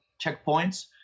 checkpoints